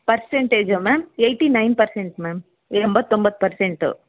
ಪರ್ಸೆಂಟೇಜಾ ma'am eighty nine percent ma'am ಎಂಬತ್ತೊಂಬತ್ತು percent